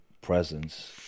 presence